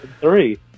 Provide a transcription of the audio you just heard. three